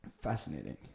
Fascinating